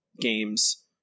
games